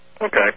Okay